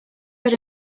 read